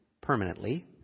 permanently